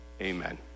Amen